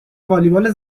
والیبال